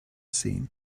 seen